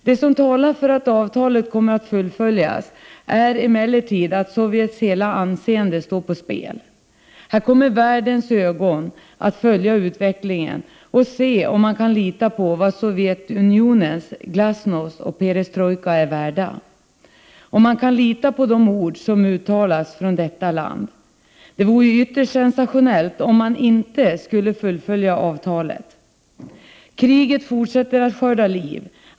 Det som talar för att avtalet kommer att fullföljas är emellertid att Sovjets hela anseende står på spel. Här kommer världens ögon att följa utvecklingen för att se vad Sovjetunionens glasnost och perestrojka är värda — om man kan lita på de ord som uttalas från detta land. Det vore ju ytterst sensationellt om Sovjet inte skulle fullfölja avtalet. Kriget fortsätter att skörda liv.